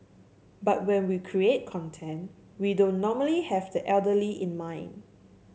but when we create content we don't normally have the elderly in mind